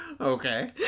Okay